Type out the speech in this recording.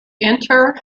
inter